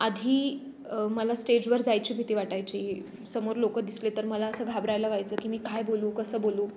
आधी मला स्टेजवर जायची भीती वाटायची समोर लोकं दिसले तर मला असं घाबरायला व्हायचं की मी काय बोलू कसं बोलू